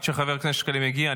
עד שחבר הכנסת שקלים יגיע,